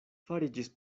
fariĝis